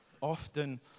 often